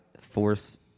force